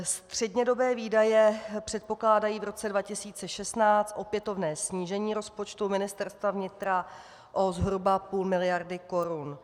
Střednědobé výdaje předpokládají v roce 2016 opětovné snížení rozpočtu Ministerstva vnitra o zhruba půl miliardy korun.